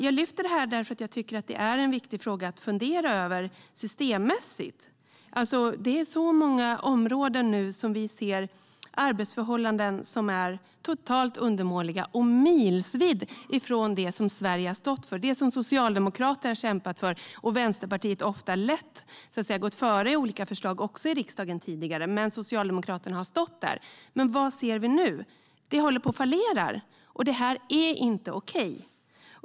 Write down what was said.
Jag tar upp detta därför att jag tycker att det är en viktig fråga att fundera över systemmässigt. Vi ser nu på så många områden arbetsförhållanden som är totalt undermåliga och miltals ifrån det Sverige har stått för - det socialdemokrater har kämpat för och det Vänsterpartiet ofta har gått före med i olika förslag, också i riksdagen, tidigare. Socialdemokraterna har stått där. Men vad ser vi nu? Det håller på att fallera! Det är inte okej.